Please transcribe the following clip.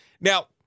now